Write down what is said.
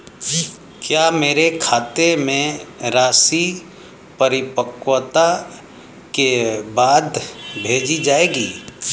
क्या मेरे खाते में राशि परिपक्वता के बाद भेजी जाएगी?